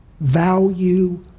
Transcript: value